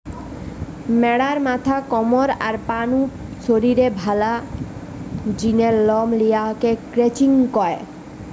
ম্যাড়ার মাথা, কমর, আর পা নু শরীরের ভালার জিনে লম লিয়া কে ক্রচিং কয়